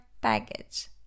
baggage